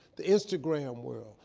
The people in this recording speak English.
the instagram world,